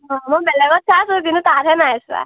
অঁ মই বেলেগত চাইছোঁ কিন্তু তাতহে নাই চোৱা